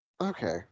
Okay